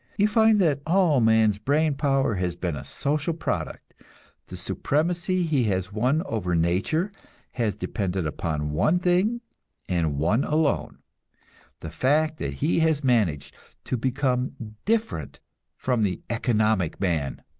you find that all man's brain power has been a social product the supremacy he has won over nature has depended upon one thing and one alone the fact that he has managed to become different from the economic man,